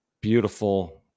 beautiful